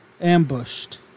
ambushed